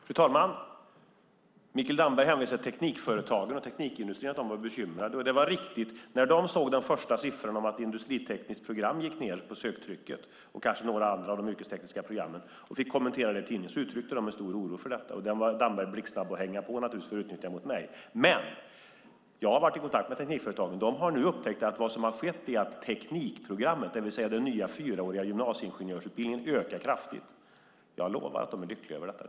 Fru talman! Mikael Damberg hänvisar till att Teknikföretagen och teknikindustrin är bekymrade. Det är riktigt. När de såg de första siffrorna om att söktrycket på industritekniskt program gick ned, och kanske några andra av de yrkestekniska programmen, uttryckte de en stor oro i tidningen. Den var Damberg blixtsnabb att hänga på för att utnyttja mot mig. Jag har varit i kontakt med Teknikföretagen. De har upptäckt att söktrycket till teknikprogrammet, det vill säga den nya fyraåriga gymnasieingenjörsutbildningen, ökar kraftigt. Jag lovar att de är lyckliga över detta.